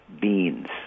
beans